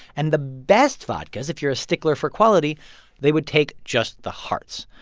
and the best vodkas if you're a stickler for quality they would take just the hearts.